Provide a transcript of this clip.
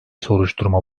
soruşturma